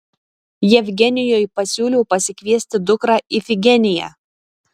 jevgenijui pasiūliau pasikviesti dukrą ifigeniją